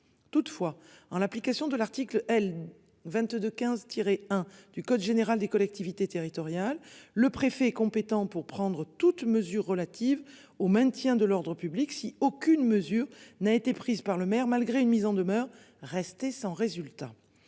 toutefois en l'application de l'article L. 22 15 tirer 1 du code général des collectivités territoriales le préfet compétent pour prendre toutes mesures relatives au maintien de l'ordre public. Si aucune mesure n'a été prise par le maire, malgré une mise en demeure restée sans résultat.